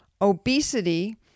obesity